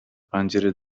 پنجره